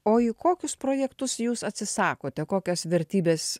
o į kokius projektus jūs atsisakote kokios vertybės